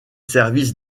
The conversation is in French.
services